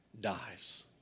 dies